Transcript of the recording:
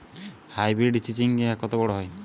Hybrid চিচিংঙ্গা কত বড় হয়?